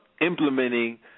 implementing